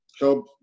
help